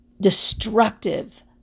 destructive